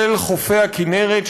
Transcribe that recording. של חופי הכינרת,